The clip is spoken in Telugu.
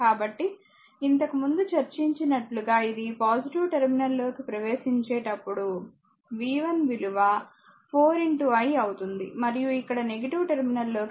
కాబట్టిఇంతకు ముందు చర్చించినట్లు గా ఇది టెర్మినల్ లోకి ప్రవేశించేటప్పుడు v1 విలువ 4 i అవుతుంది మరియు ఇక్కడ టెర్మినల్ లోకి ప్రవేశిస్తుంది